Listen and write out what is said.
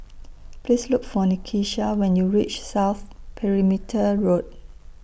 Please Look For Nakisha when YOU REACH South Perimeter Road